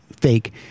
fake